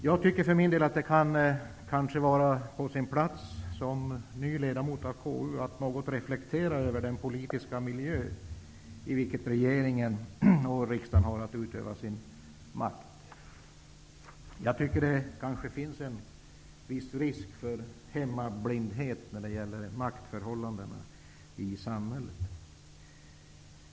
Jag tycker för min del att det kanske kan vara på sin plats, såsom ny ledamot av KU, att något reflektera över den politiska miljö i vilken regeringen och riksdagen har att utöva sin makt. Det finns kanske en viss risk för hemmablindhet när det gäller maktförhållandena i samhället.